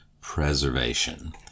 preservation